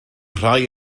rhai